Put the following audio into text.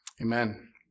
Amen